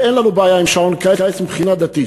אין לנו בעיה עם שעון קיץ מבחינה דתית.